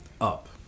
Up